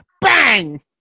bang